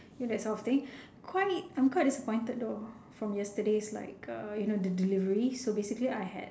you know that sort of thing quite I'm quite disappointed though from yesterday's like uh you know the delivery so basically I had